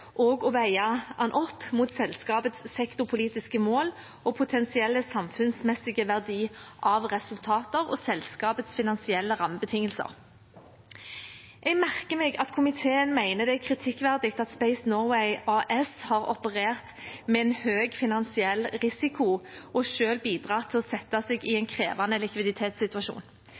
og å veie den opp mot selskapets sektorpolitiske mål og potensielle samfunnsmessige verdi av resultater og selskapets finansielle rammebetingelser. Jeg merker meg at komiteen mener det er kritikkverdig at Space Norway AS har operert med en høy finansiell risiko og selv bidratt til å sette seg i en krevende likviditetssituasjon.